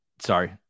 Sorry